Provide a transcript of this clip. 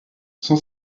cent